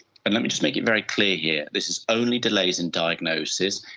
but let me just make it very clear here, this is only delays in diagnosis,